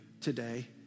today